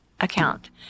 account